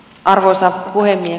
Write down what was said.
arvoisa puhemies